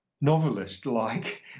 novelist-like